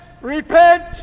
repent